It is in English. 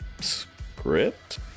script